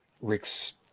Rick's